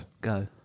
Go